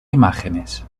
imágenes